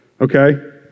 Okay